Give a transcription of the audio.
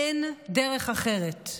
אין דרך אחרת.